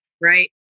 right